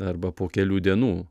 arba po kelių dienų